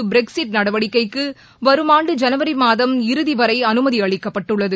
பிரக்சிஸ்ட் நடவடிக்கைக்கு வரும் ஆண்டு ஜனவரி மாதம் இறுதி வரை அனுமதி அளிக்கப்பட்டுள்ளது